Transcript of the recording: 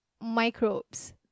microbes